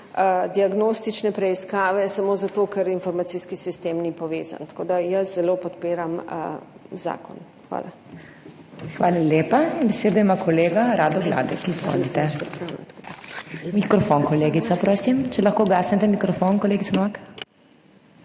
diagnostične preiskave samo zato, ker informacijski sistem ni povezan. Tako da jaz zelo podpiram zakon. Hvala. PODPREDSEDNICA MAG. MEIRA HOT: Hvala lepa. Besedo ima kolega Rado Gladek, izvolite. Mikrofon, kolegica. Prosim, če lahko ugasnete mikrofon, kolegica